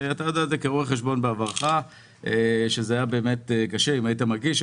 אתה יודע את זה כרואה חשבון בעברך שזה היה קשה אם היית מגיש,